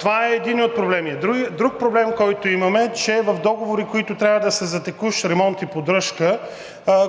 Това е единият проблем. Друг проблем, който имаме, е, че в договори, които трябва да са за текущ ремонт и поддръжка,